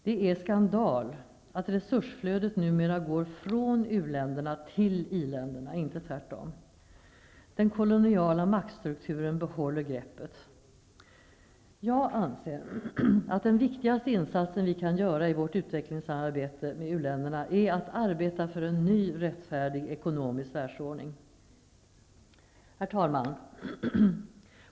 Det är skandal att resursflödet numera går från u-länderna till i-länderna, inte tvärtom. Den koloniala maktstrukturen behåller greppet. Jag anser att den viktigaste insatsen som vi kan göra i vårt utvecklingssamarbete med u-länderna är att arbeta för en ny rättfärdig ekonomisk världsordning. Herr talman!